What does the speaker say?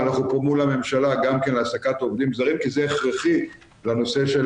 ואנחנו פה מול הממשלה גם כן העסקת עובדים זרים כי זה הכרחי לנושא של